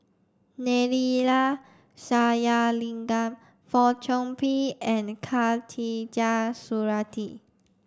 Neila Sathyalingam Fong Chong Pik and Khatijah Surattee